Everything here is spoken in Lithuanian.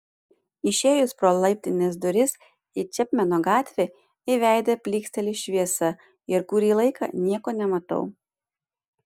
išėjus pro laiptinės duris į čepmeno gatvę į veidą plyksteli šviesa ir kurį laiką nieko nematau